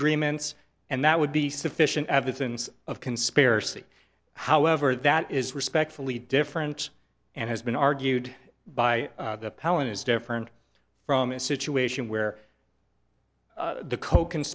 agreements and that would be sufficient evidence of conspiracy however that is respectfully different and has been argued by the palin is different from a situation where the co